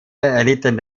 erlitten